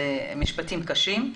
אלה משפטים קשים.